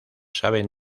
saben